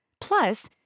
plus